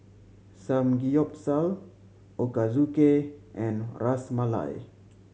Samgeyopsal Ochazuke and Ras Malai